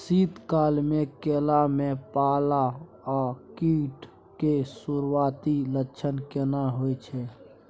शीत काल में केला में पाला आ कीट के सुरूआती लक्षण केना हौय छै?